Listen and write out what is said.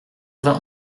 vingt